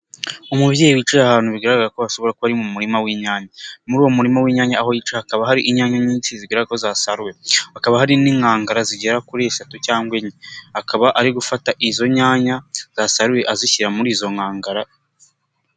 Umubyeyi wicaye ahantu bigaragara ko hashobora kuba ari mu murima w'inyanya, muri uwo murima w'inyanya aho yicaye hakaba hari inyaya nyinshi zigaragara ko zasaruwe, hakaba hari n'inkangara zigera kuri eshatu cyangwa enye, akaba ari gufata izo nyanya basaruye azishyira muri izo nkangara.